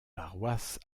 paroisse